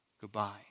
goodbye